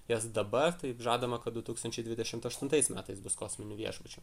jas dabar taip žadama kad du tūkstančiai dvidešimt aštuntais metais bus kosminių viešbučių